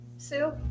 Sue